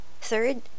Third